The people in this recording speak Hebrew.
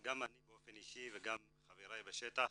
גם אני באופן אישי וגם חבריי בשטח